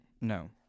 No